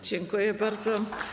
Dziękuję bardzo.